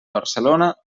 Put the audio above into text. barcelona